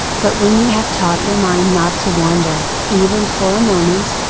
but when you have taught your mind not to wander, even for a moment,